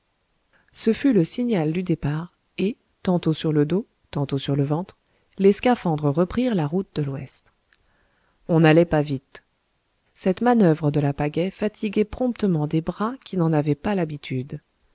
ce fut le signal du départ et tantôt sur le dos tantôt sur le ventre les scaphandres reprirent la route de l'ouest on n'allait pas vite cette manoeuvre de la pagaie fatiguait promptement des bras qui n'en avaient pas l'habitude